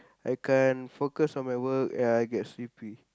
I can't focus on my work and I get sleepy